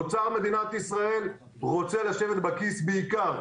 אוצר מדינת ישראל רוצה לשבת בכיס של מדינת תל אביב בעיקר,